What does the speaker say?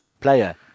player